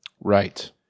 Right